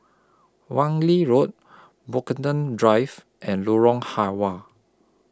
Wan Lee Road Brockton Drive and Lorong Halwa